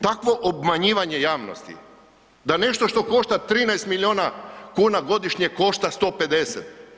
Takvo obmanjivanje javnosti, da nešto što košta 13 milijuna kuna godišnje košta 150.